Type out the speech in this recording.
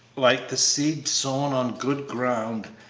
like the seed sown on good ground,